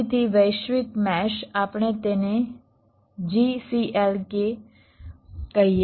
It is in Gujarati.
તેથી વૈશ્વિક મેશ આપણે તેને GCLK કહીએ છીએ